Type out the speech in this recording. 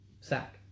sack